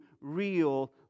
real